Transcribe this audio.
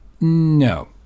No